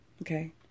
Okay